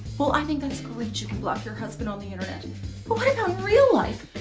well i think that's great you can block your husband on the internet but what about real life?